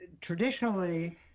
traditionally